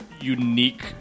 unique